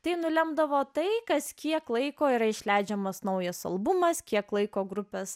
tai nulemdavo tai kas kiek laiko yra išleidžiamas naujas albumas kiek laiko grupes